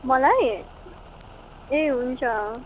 मलाई ए हुन्छ